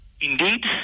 Indeed